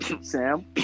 Sam